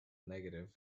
negative